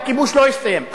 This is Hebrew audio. הכיבוש לא יסתיים,